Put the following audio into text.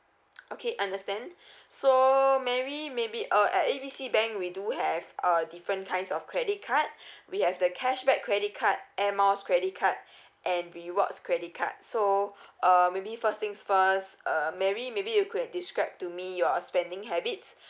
okay understand so mary maybe uh at A B C bank we do have a different kinds of credit card we have the cashback credit card air miles credit card and rewards credit card so uh maybe first things first uh mary maybe you could describe to me your spending habits